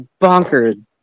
bonkers